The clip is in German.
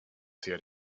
sehr